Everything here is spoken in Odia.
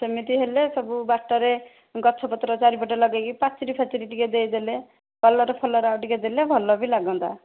ହଁ ସେମିତି ହେଲେ ସବୁ ବାଟରେ ଗଛପତ୍ର ଚାରିପଟେ ଲଗାଇକି ପାଚେରୀ ଫାଚେରୀ ଟିକେ ଦେଇ ଦେଲେ କଲର୍ ଫଲର୍ ଆଉ ଟିକେ ଦେଲେ ଭଲ ବି ଲାଗନ୍ତା